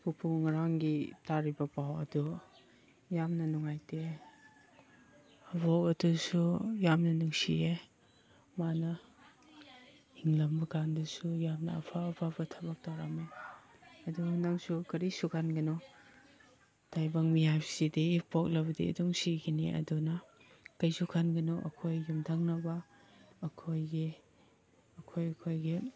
ꯄꯨꯄꯨ ꯉꯔꯥꯡꯒꯤ ꯇꯥꯔꯤꯕ ꯄꯥꯎ ꯑꯗꯨ ꯌꯥꯝꯅ ꯅꯨꯡꯉꯥꯏꯇꯦ ꯑꯕꯣꯛ ꯑꯗꯨꯁꯨ ꯌꯥꯝꯅ ꯅꯨꯡꯁꯤꯌꯦ ꯃꯥꯅ ꯍꯤꯡꯂꯝꯕꯀꯥꯟꯗꯁꯨ ꯌꯥꯝꯅ ꯑꯐ ꯑꯐꯕ ꯊꯕꯛ ꯇꯧꯔꯝꯃꯦ ꯑꯗꯨ ꯅꯪꯁꯨ ꯀꯔꯤꯁꯨ ꯈꯟꯒꯅꯨ ꯇꯥꯏꯕꯪ ꯃꯤ ꯍꯥꯏꯕꯁꯤꯗꯤ ꯄꯣꯛꯂꯕꯗꯤ ꯑꯗꯨꯝ ꯁꯤꯈꯤꯅꯤ ꯑꯗꯨꯅ ꯀꯩꯁꯨ ꯈꯟꯒꯅꯨ ꯑꯩꯈꯣꯏ ꯌꯨꯝꯊꯪꯅꯕ ꯑꯩꯈꯣꯏꯒꯤ ꯑꯩꯈꯣꯏ ꯑꯩꯈꯣꯏꯒꯤ